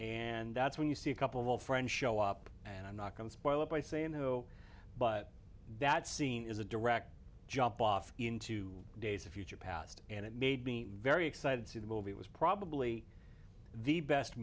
and that's when you see a couple friends show up and i'm not going to spoil it by saying no but that scene is a direct jump off into days of future past and it made me very excited to see the movie was probably the best